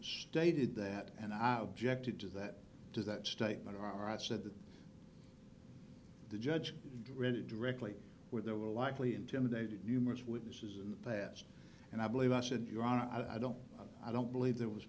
stated that and i object to do that to that statement or i said that the judge read it directly where there were likely intimidated numerous witnesses in the past and i believe i said your honor i don't i don't believe that was